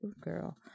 girl